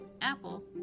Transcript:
Apple